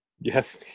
Yes